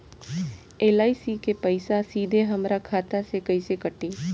LIC के पईसा सीधे हमरा खाता से कइसे कटी?